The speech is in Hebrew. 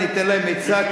אני אתן להם עצה,